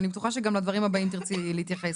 אני בטוחה שגם לדברים הבאים תרצי להתייחס.